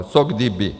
Co kdyby.